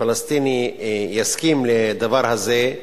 שפלסטיני יסכים לדבר הזה,